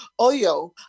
Oyo